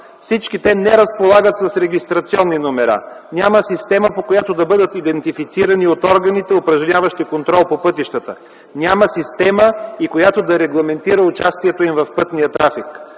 Всички те не разполагат с регистрационни номера, няма система, по която да бъдат идентифицирани от органите, упражняващи контрол по пътищата, няма и система за регламентиране на участието им в пътния трафик.